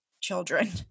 children